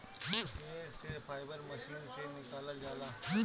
पेड़ से fibre machine से निकालल जाला